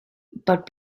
but